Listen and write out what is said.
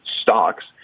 stocks